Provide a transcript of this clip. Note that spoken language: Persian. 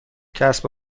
کسب